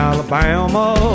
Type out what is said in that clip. Alabama